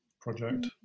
project